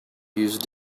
use